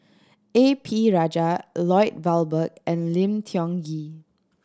A P Rajah Lloyd Valberg and Lim Tiong Ghee